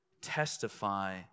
testify